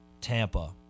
Tampa